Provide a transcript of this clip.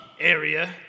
area